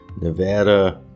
Nevada